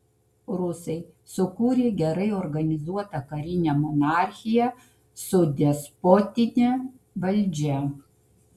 rusai sukūrė gerai organizuotą karinę monarchiją su despotine valdžia